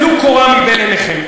טלו קורה מבין עיניכם.